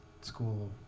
school